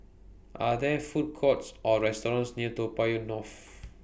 Are There Food Courts Or restaurants near Toa Payoh North